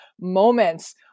moments